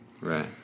Right